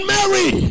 Mary